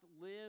live